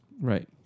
right